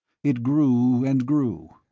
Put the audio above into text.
it grew and grew.